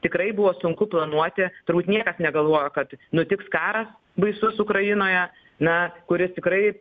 tikrai buvo sunku planuoti turbūt niekas negalvojo kad nutiks karas baisus ukrainoje na kuris tikrai